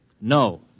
No